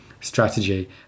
strategy